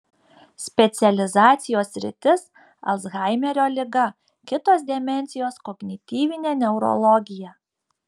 specializacijos sritis alzhaimerio liga kitos demencijos kognityvinė neurologija